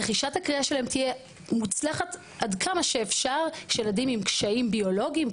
רכישת הקריאה שלהם תהיה מוצלחת עד כמה שאפשר שילדים עם קשיים ביולוגיים,